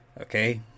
okay